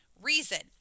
reason